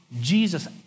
Jesus